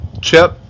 Chip